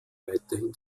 weiterhin